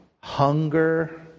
hunger